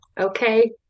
Okay